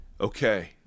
Okay